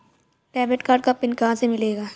Debit card का pin कहां से मिलेगा?